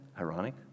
ironic